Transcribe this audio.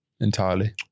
entirely